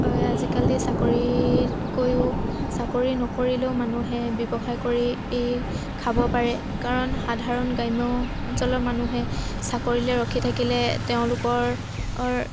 আজিকালি চাকৰিতকৈয়ো চাকৰি নকৰিলেও মানুহে ব্যৱসায় কৰি খাব পাৰে কাৰণ সাধাৰণ গ্ৰাম্য অঞ্চলৰ মানুহে চাকৰিলৈ ৰখি থাকিলে তেওঁলোকৰ